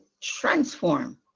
transform